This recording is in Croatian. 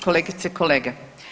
Kolegice i kolege.